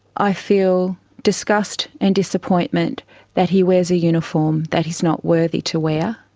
i feel disgust and disappointment that he wears a uniform that he's not worthy to wear.